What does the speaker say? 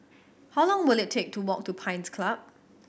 how long will it take to walk to Pines Club